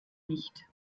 nicht